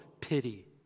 pity